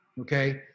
Okay